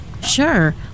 Sure